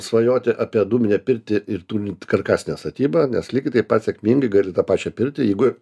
svajoti apie dūminę pirtį ir turint karkasinę statybą nes lygiai taip pat sėkmingai gali tą pačią pirtį jeigu